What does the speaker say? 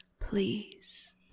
please